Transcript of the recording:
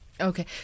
Okay